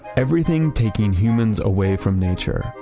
everything taking humans away from nature,